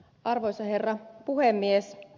arvoisa herra puhemies